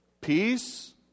Peace